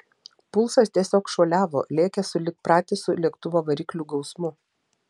pulsas tiesiog šuoliavo lėkė sulig pratisu lėktuvo variklių gausmu